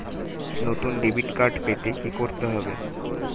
নতুন debit card পেতে কী করতে হবে?